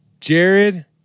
Jared